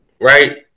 right